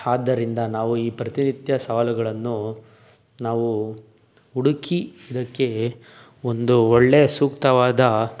ಆದ್ದರಿಂದ ನಾವು ಈ ಪ್ರತಿನಿತ್ಯ ಸವಾಲುಗಳನ್ನು ನಾವು ಹುಡುಕ್ಕಿ ಇದಕ್ಕೆ ಒಂದು ಒಳ್ಳೆಯ ಸೂಕ್ತವಾದ